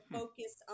focus